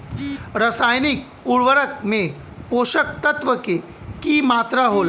रसायनिक उर्वरक में पोषक तत्व के की मात्रा होला?